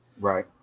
Right